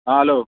ହଁ ହ୍ୟାଲୋ